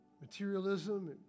materialism